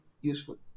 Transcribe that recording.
useful